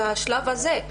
והשלב הזה,